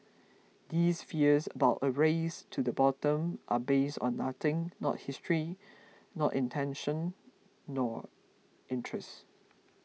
these fears about a race to the bottom are based on nothing not history not intention nor interest